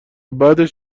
بعدش